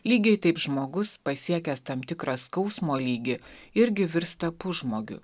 lygiai taip žmogus pasiekęs tam tikrą skausmo lygį irgi virsta pusžmogiu